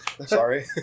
Sorry